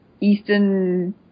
Eastern